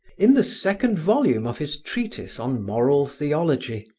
in the second volume of his treatise on moral theology,